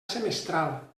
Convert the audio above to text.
semestral